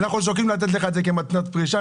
אנחנו שוקלים לתת לך את זה כמתנת פרישה,